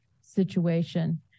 situation